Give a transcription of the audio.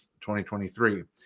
2023